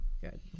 good